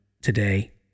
today